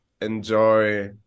enjoy